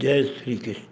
Jay Shri Krishna